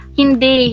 hindi